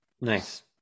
nice